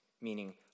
meaning